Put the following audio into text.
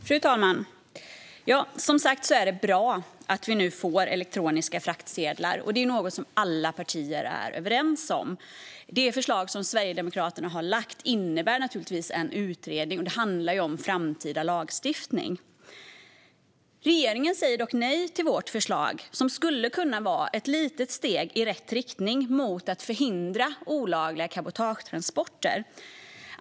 Fru talman! Det är bra att det nu blir elektroniska fraktsedlar, och det är något som alla partier är överens om. Det förslag som Sverigedemokraterna har lagt fram innebär naturligtvis en utredning, och det handlar då om framtida lagstiftning. Regeringen säger dock nej till vårt förslag, som skulle kunna vara ett litet steg i rätt riktning mot att förhindra olagliga cabotagetransporter.